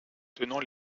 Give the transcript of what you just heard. tenant